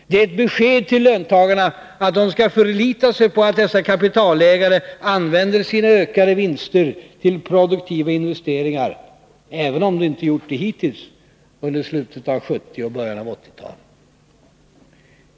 Det är ett besked till löntagarna att de skall förlita sig på att dessa kapitalägare använder sina ökade vinster till produktiva investeringar — även om de inte gjort det hittills under slutet av 1970 och början av 1980-talet.